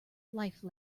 life